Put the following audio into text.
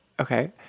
Okay